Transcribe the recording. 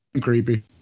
creepy